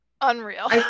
unreal